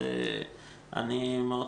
אני מקווה.